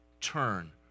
turn